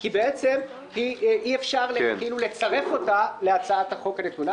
כי בעצם אי אפשר אפילו לצרף אותה להצעת החוק הנתונה.